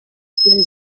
chwili